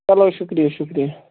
چلو شُکریہ شُکریہ